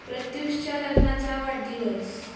प्रत्युषच्या लग्नाचा वाढदिवस